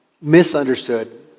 misunderstood